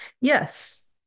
Yes